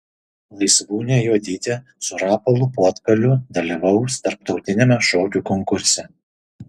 laisvūnė juodytė su rapolu puotkaliu dalyvaus tarptautiniame šokių konkurse